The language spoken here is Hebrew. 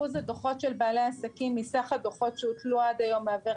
אחוז הדוחות של בעלי העסקים מסך הדוחות שהוטלו עד היום מהווה